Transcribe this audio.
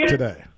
today